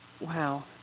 Wow